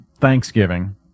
Thanksgiving